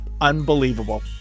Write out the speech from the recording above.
Unbelievable